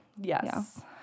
Yes